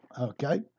okay